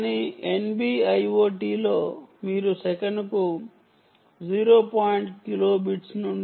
కానీ NB IoT లో మీరు సెకనుకు 0